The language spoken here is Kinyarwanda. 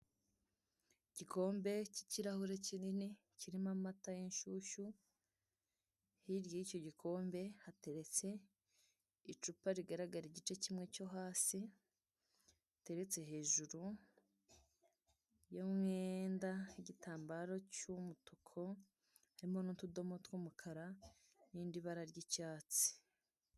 Igikombe k'ikirahure kinini kirimo amata y'inshyushyu, hirya y'icyo gikombe hateretse icupa rigaragara igice kimwe cyo hasi giteretse hejuru y'umwenda igitambaro cy'umutuku harimo n'utudomo tw'umukara n'irindi bara ry'icyatsi.